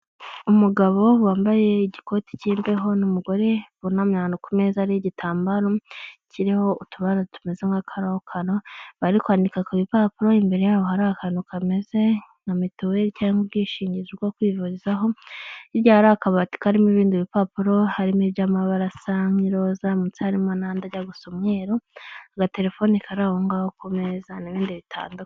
Umugabo wambaye igikoti cy'imbeho n'umugore bunamye ahantu ku meza ariho igitambaro kiriho utubara tumeze nka karokaro, bari kwandika ku bipapuro, imbere yabo hari akantu kameze nka mituweli cyangwa ubwishingizi bwo kwivurizaho, hirya hari akabati karimo ibindi bipapuro, harimo iby'amabara asa nk'iroza, munsi hari n'andi ajya gusa umweru, agatelefoni kari aho ngaho ku meza n'ibindi bitandukanye.